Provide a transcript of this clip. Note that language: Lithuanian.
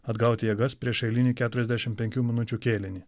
atgaut jėgas prieš eilinį keturiasdešimt penkių minučių kėlinį